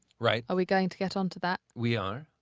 right. are we going to get on to that? we are.